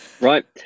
Right